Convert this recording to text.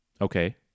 Okay